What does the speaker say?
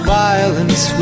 violence